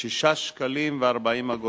6.40 ש"ח.